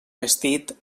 vestit